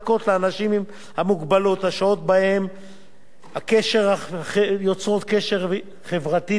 עם המוגבלות השוהים בהן קשר חברתי ותוכן,